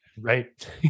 right